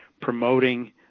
promoting